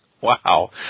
Wow